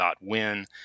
Win